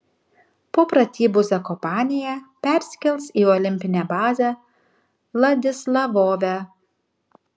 po pratybų zakopanėje persikels į olimpinę bazę vladislavove